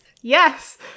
Yes